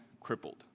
crippled